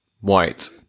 White